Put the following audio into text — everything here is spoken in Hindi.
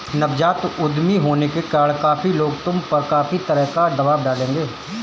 नवजात उद्यमी होने के कारण काफी लोग तुम पर काफी तरह का दबाव डालेंगे